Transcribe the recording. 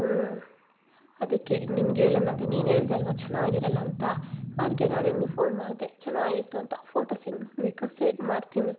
ಹ್ಞೂ ಅದಕ್ಕೆ ನಿನ್ಗೆ ಹೇಳೋಣ ಅಂತ ನೀನು ಹೇಳ್ದೆ ಅಲ್ವ ಚೆನ್ನಾಗಿರೋಲ್ಲ ಅಂತ ಅದಕ್ಕೆ ನಾ ನಿಂಗೆ ಫೋನ್ ಮಾಡ್ದೆ ಚೆನಾಗಿತ್ತು ಅಂತ ಫೋಟೋಸ್ ಹೆಂಗೆ ಬೇಕೊ ಸೆಂಡ್ ಮಾಡ್ತೀನಿ